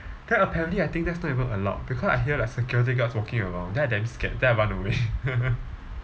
then apparently I think that's not even allowed because I hear like security guards walking around then I damn scared then I run away